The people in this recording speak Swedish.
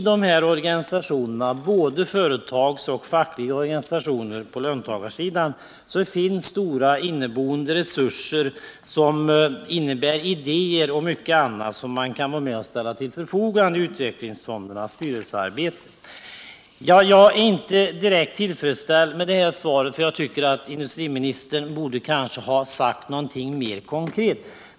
Både inom företagarorganisationerna och inom de fackliga organisationerna på löntagarsidan finns stora inneboende resurser, vilket innebär att man kan bidra med idéer och mycket annat som kan vara av betydelse för utvecklingsfondernas styrelsearbete. Jag är inte direkt tillfredsställd med industriministerns svar. Industriministern borde kanske ha uttryckt sig litet mer konkret.